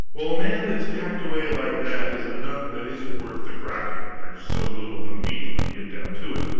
well, a man that is packed away like that is a nut that isn't worth the cracking, there is so little of the meat, when you get down to it,